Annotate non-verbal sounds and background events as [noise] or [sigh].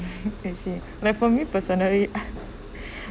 [laughs] I see like for me personally [laughs]